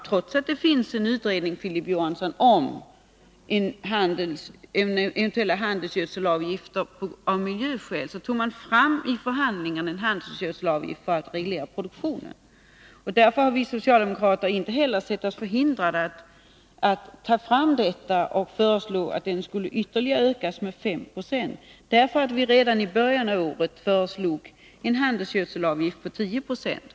Trots att det finns en utredning, Filip Johansson, om eventuella handelsgödselavgifter av miljöskäl tog man i förhandlingarna fram en handelsgödselavgift för att reglera produktionen. I belysning av detta har vi socialdemokrater i år inte sett oss förhindrade att föreslå att handelsgödselavgiften skall ökas med ytterligare 5 20. Redan i början av detta år föreslog vi en handelsgödselavgift på 10 26.